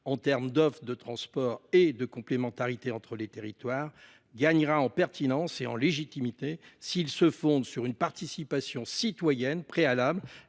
en termes d'offre de transport et de complémentarité entre les territoires, gagnera en pertinence et en légitimité, s'il se fonde sur une participation citoyenne préalable